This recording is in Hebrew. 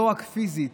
לא רק פיזית: